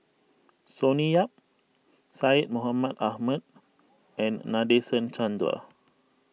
Sonny Yap Syed Mohamed Ahmed and Nadasen Chandra